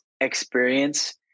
experience